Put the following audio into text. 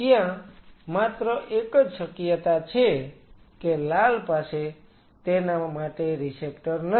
ત્યાં માત્ર એક જ શક્યતા છે કે લાલ પાસે તેના માટે રીસેપ્ટર નથી